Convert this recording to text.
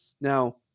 Now